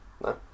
No